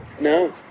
No